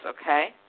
okay